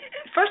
First